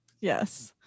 Yes